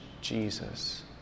Jesus